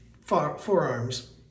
forearms